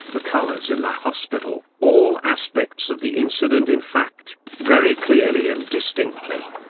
the colors in the hospital, all aspects of the incident in fact, very clearly and distinctly.